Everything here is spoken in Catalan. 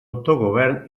autogovern